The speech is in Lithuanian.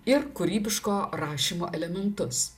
ir kūrybiško rašymo elementus